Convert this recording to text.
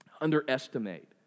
underestimate